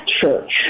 church